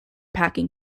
packing